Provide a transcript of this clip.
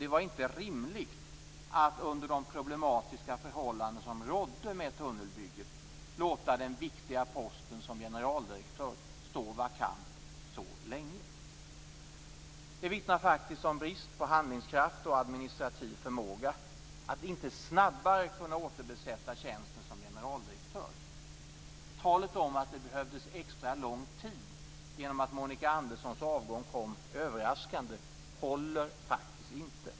Det var inte rimligt att under de problematiska förhållanden som rådde vid tunnelbygget låta den viktiga posten som generaldirektör stå vakant så länge. Det vittnar faktiskt om brist på handlingskraft och administrativ förmåga att inte snabbare kunna återbesätta tjänsten som generaldirektör. Talet om att det behövdes extra lång tid genom att Monica Anderssons avgång kom överraskande håller faktiskt inte.